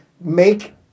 make